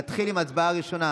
נתחיל עם הצבעה ראשונה,